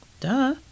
Duh